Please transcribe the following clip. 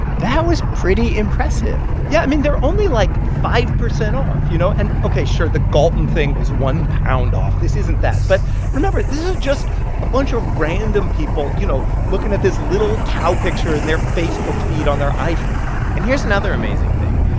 that was pretty impressive yeah. i mean, they're only, like, five percent off, you know? and, ok, sure, the galton thing was one pound off. this isn't that. but remember, this is just a bunch of random people, you know, looking at this little cow picture in their facebook feed on their iphone and here's another amazing thing.